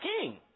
king